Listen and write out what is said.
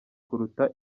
kuruta